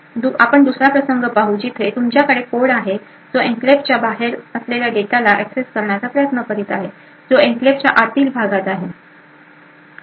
तर आपण दुसरा प्रसंग पाहूया जिथे तुमच्याकडे कोड आहे जो एन्क्लेव्हच्या बाहेर असलेल्या डेटाला एक्सेस करण्याचा प्रयत्न करत आहे जो एन्क्लेव्हच्या आतील भागात आहे